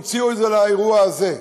המציאו את זה לאירוע הזה,